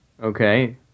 okay